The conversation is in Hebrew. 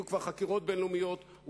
היו כבר חקירות בין-לאומיות,